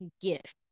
gift